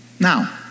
now